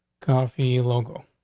coffee, local.